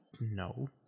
No